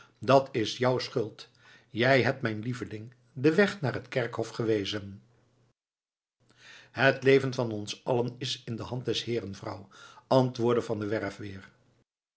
dat is jouw schuld jij hebt mijn lieveling den weg naar het kerkhof gewezen het leven van ons allen is in de hand des heeren vrouw antwoordde van der werff weer